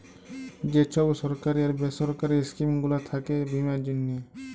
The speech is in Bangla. যে ছব সরকারি আর বেসরকারি ইস্কিম গুলা থ্যাকে বীমার জ্যনহে